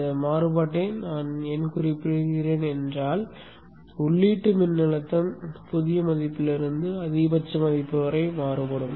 இந்த மாறுபாட்டை நான் ஏன் குறிப்பிடுகிறேன் என்றால் உள்ளீட்டு மின்னழுத்தம் புதிய மதிப்பிலிருந்து அதிகபட்ச மதிப்பு வரை மாறுபடும்